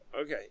okay